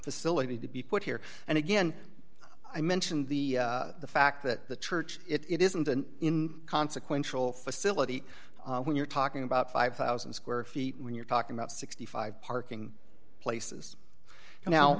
facility to be put here and again i mentioned the fact that the church it isn't and in consequential facility when you're talking about five thousand square feet when you're talking about sixty five parking places